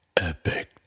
Epic